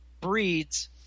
breeds